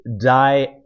Die